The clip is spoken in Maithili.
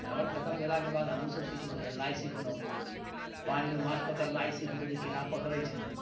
डर खतम भेलाके बाद हमहुँ सभ सिखलहुँ हेलनाइ सिखलहुँ पानिमे माछ पकड़नाइ सिखलहुँ जे केना पकड़ैत छै